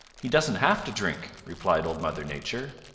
he doesn't have to drink, replied old mother nature.